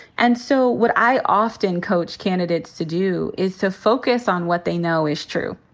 and so what i often coach candidates to do is to focus on what they know is true.